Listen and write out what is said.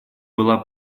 была